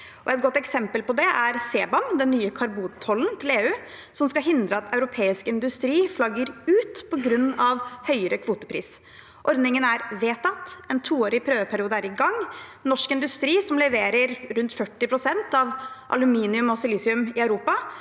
Et godt eksempel på det er CBAM, den nye karbontollen til EU, som skal hindre at europeisk industri flagger ut på grunn av høyere kvotepris. Ordningen er vedtatt. En toårig prøveperiode er i gang. Norsk industri, som leverer rundt 40 pst. av aluminium og silisium i Europa,